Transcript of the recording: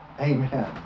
Amen